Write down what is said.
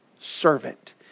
servant